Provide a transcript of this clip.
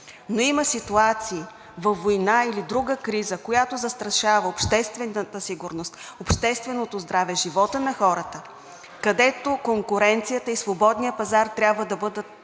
но има ситуация – във война или друга криза, която застрашава обществената сигурност, общественото здраве, живота на хората, където конкуренцията и свободния пазар трябва да бъдат